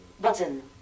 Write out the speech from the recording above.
Button